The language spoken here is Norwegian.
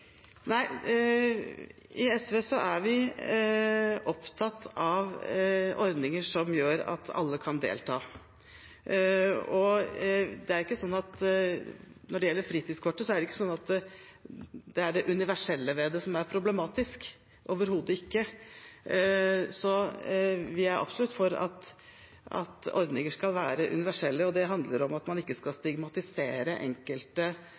I SV er vi opptatt av ordninger som gjør at alle kan delta. Når det gjelder fritidskortet, er det ikke det universelle ved det som er problematisk, overhodet ikke. Vi er absolutt for at ordninger skal være universelle, og det handler om at man ikke skal stigmatisere enkelte